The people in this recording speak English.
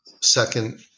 second